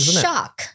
shock